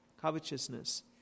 covetousness